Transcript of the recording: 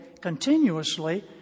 continuously